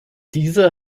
diese